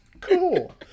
Cool